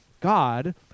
God